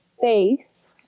face